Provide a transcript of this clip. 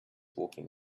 walking